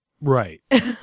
right